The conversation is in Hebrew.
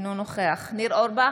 אינו נוכח ניר אורבך,